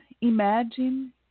imagine